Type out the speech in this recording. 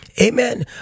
Amen